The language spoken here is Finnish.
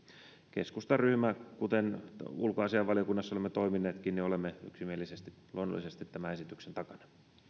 keskustan ryhmä kuten ulkoasiainvaliokunnassa olemme toimineetkin olemme yksimielisesti luonnollisesti tämän esityksen takana